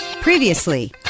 Previously